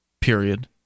period